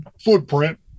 footprint